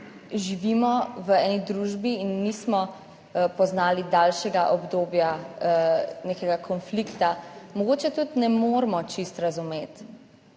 živimo v eni družbi in nismo poznali daljšega obdobja nekega konflikta mogoče tudi ne moremo čisto razumeti